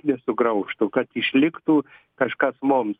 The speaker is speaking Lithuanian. nesugraužtų kad išliktų kažkas mums